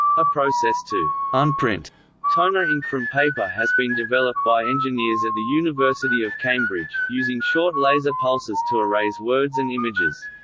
a process to unprint toner ink from paper has been developed by engineers at the university of cambridge, using short laser pulses to erase words and images.